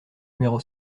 numéro